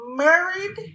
married